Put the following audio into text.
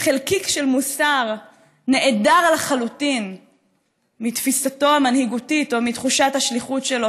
חלקיק של מוסר נעדר לחלוטין מתפיסתו המנהיגותית או מתחושת השליחות שלו,